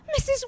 Mrs